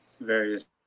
various